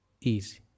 easy